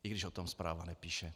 I když o tom zpráva nepíše.